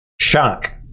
shock